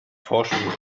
forschung